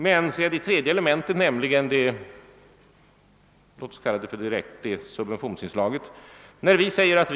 Men så kommer det tredje elementet, nämligen subventionsinslaget.